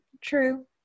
True